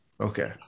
okay